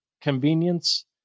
Convenience